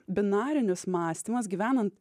binarinis mąstymas gyvenant